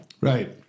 Right